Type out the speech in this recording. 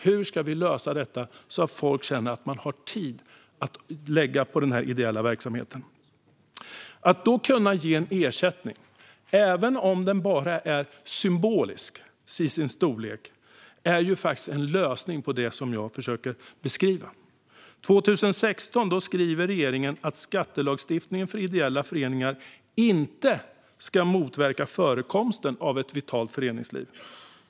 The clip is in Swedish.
Hur ska vi lösa detta så att människor känner att de har tid att lägga på den ideella verksamheten? Att då kunna ge en ersättning, även om den bara är symbolisk till sin storlek, är en lösning på det som jag försöker beskriva. År 2016 skriver regeringen att skattelagstiftningen för ideella föreningar inte ska motverka förekomsten av ett vitalt föreningsliv.